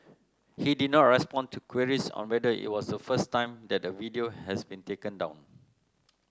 he did not respond to queries on whether it was the first time that a video has been taken down